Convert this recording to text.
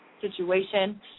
situation